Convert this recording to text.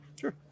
Sure